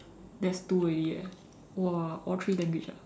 that's two already eh !wah! all three language ah